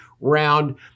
round